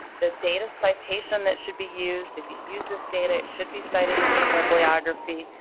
the data citation that should be used, if you use this data it should be cited in your bibliography,